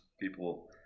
people